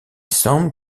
semble